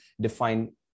define